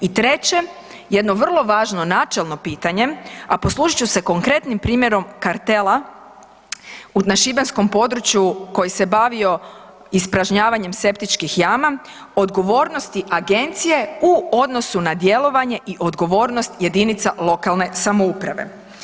I treće, jedno vrlo važno načelno pitanje, a poslužit ću se konkretnim primjerom kartela na šibenskom području koji se bavio ispražnjavanjem septičkih jama, odgovornosti agencije u odnosu na djelovanje i odgovornost jedinica lokalne samouprave.